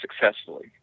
successfully